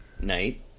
night